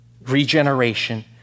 Regeneration